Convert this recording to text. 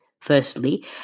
firstly